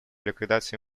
ликвидации